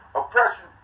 oppression